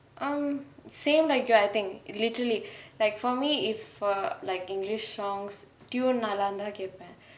um same like you I think literally like for me if for like english songs tune நல்லா இருந்தா கேப்பே:nallaa irunthaa keppaen